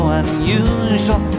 unusual